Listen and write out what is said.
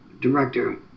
director